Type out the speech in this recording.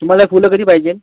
तुम्हाला फुलं कधी पाहिेजे